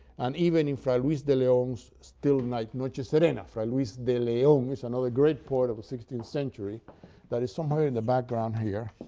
and even in fray luis de leon's still night, noche serena. fray luis de leon is another great poet of the sixteenth century that is somewhere in the background here.